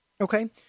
Okay